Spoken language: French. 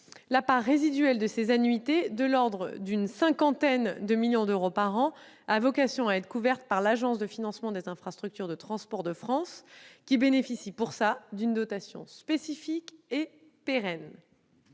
La part résiduelle de ces annuités, de l'ordre d'une cinquantaine de millions d'euros par an, a vocation à être couverte par l'Agence de financement des infrastructures de transport de France, qui bénéficie pour cela d'une dotation spécifique et pérenne.